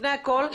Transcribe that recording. לפני הכול,